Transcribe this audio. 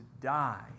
die